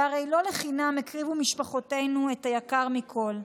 שהרי לא לחינם הקריבו משפחותינו את היקר מכול,